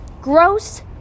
Gross